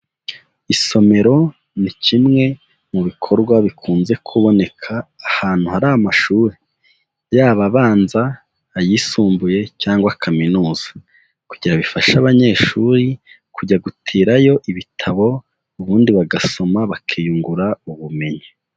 Isomero ni kimwe mu bikorwa bikunze kuboneka ahantu hari amashuri, yaba abanza, ayisumbuye, cyangwa kaminuza, kugira ngo bifashe abanyeshuri kujya gutirayo ibitabo, ubundi bagasoma bakiyungura ubumenyi.